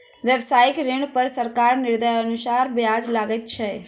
व्यवसायिक ऋण पर सरकारक निर्देशानुसार ब्याज लगैत छै